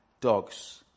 dogs